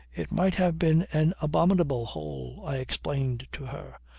it might have been an abominable hole, i explained to her.